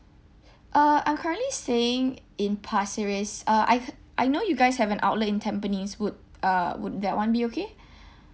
uh I'm currently staying in pasir ris uh I hea~ I know you guys have an outlet in tampines would uh would that one be okay